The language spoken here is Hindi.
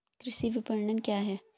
कृषि विपणन क्या है?